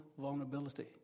vulnerability